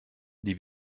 die